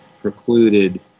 precluded